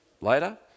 later